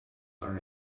are